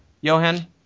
johan